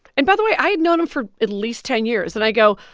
and by the way, i had known him for at least ten years. and i go,